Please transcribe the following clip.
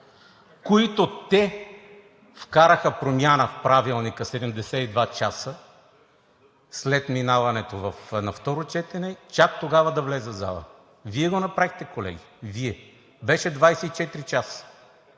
Те вкараха промяна в Правилника – 72 часа след минаването на второ четене, чак тогава да влезе в залата. Вие го направихте, колеги! Вие! Беше 24 часа.